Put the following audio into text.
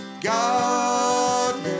God